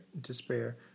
despair